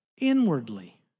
inwardly